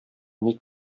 ник